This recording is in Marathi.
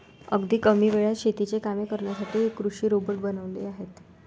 अगदी कमी वेळात शेतीची कामे करण्यासाठी कृषी रोबोट बनवले आहेत